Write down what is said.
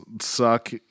suck